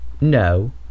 No